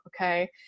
Okay